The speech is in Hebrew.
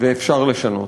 ואפשר לשנות.